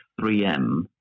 3M